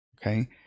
Okay